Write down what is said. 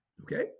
okay